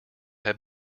have